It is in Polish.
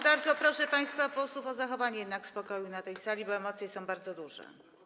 Bardzo proszę państwa posłów o zachowanie spokoju na tej sali, bo emocje są bardzo duże.